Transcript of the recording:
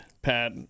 Pat